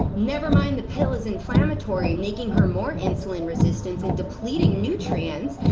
never mind the pill is inflammatory, making her more insulin resistant, and depleting nutrients.